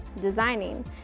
designing